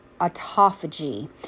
autophagy